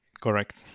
Correct